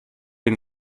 den